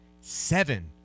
seven